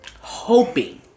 Hoping